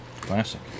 Classic